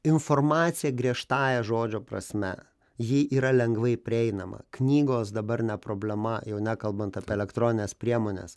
informacija griežtąja žodžio prasme ji yra lengvai prieinama knygos dabar ne problema jau nekalbant apie elektronines priemones